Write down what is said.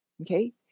Okay